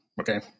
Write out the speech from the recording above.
Okay